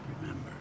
Remember